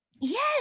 Yes